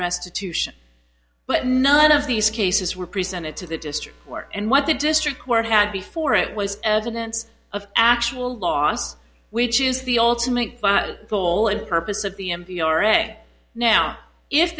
restitution but none of these cases were presented to the district court and what the district court had before it was evidence of actual loss which is the ultimate goal and purpose of the m p r a now if